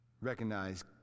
Recognize